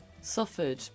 suffered